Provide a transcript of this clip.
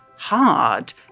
hard